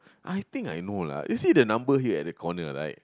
I think I know lah is it the number here at the corner right